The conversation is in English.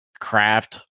craft